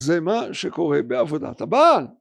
זה מה שקורה בעבודת הבעל.